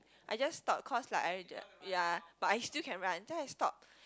I just stopped cause like I really ya but I still can run then I stop